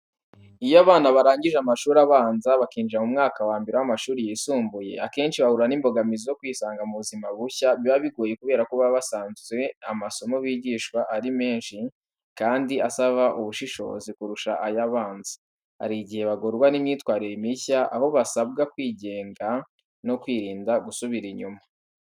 Iyo abana barangije amashuri abanza bakinjira mu mwaka wa mbere w’amashuri yisumbuye, akenshi bahura n’imbogamizi zo kwisanga mu buzima bushya. Biba bigoye kubera ko baba basanze amasomo bigishwa ari menshi kandi asaba ubushishozi kurusha ay’abanza. Hari n’igihe bagorwa n’imyitwarire mishya, aho basabwa kwigenga no kwirinda gusubira inyuma.